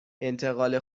انتقال